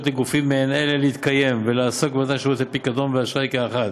לגופים מעין אלה להתקיים ולעסוק במתן שירותי פיקדון ואשראי כאחד,